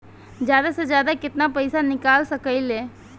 जादा से जादा कितना पैसा निकाल सकईले?